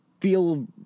feel